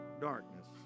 darkness